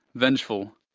vengeful,